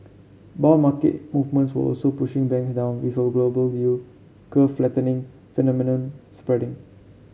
bond market movements were also pushing banks down before a global yield curve flattening phenomenon spreading